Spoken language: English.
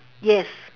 yes